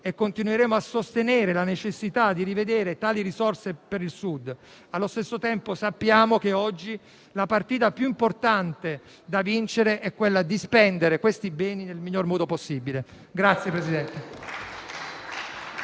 e continueremo a sostenere la necessità di rivedere tali risorse per il Sud. Allo stesso tempo, sappiamo che oggi la partita più importante da vincere è quella di spendere queste risorse nel miglior modo possibile.